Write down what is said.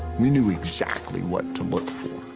we knew exactly what to look for.